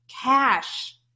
cash